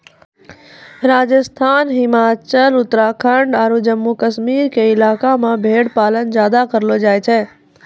राजस्थान, हिमाचल, उत्तराखंड आरो जम्मू कश्मीर के इलाका मॅ भेड़ पालन ज्यादा करलो जाय छै